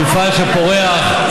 מפעל שפורח.